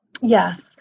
Yes